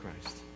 Christ